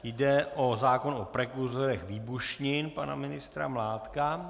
Jde o zákon o prekurzorech výbušnin pana ministra Mládka.